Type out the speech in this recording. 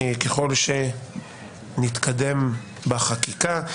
ככל שנתקדם בחקיקה.